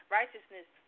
righteousness